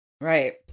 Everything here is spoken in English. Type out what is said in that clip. right